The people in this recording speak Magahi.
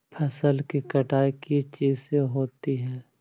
फसल की कटाई किस चीज से होती है?